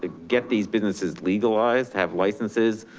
ah get these businesses legalized, have licenses,